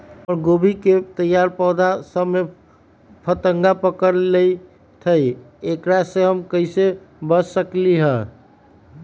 हमर गोभी के तैयार पौधा सब में फतंगा पकड़ लेई थई एकरा से हम कईसे बच सकली है?